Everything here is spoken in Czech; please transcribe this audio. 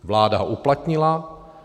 Vláda ho uplatnila.